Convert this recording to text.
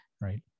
right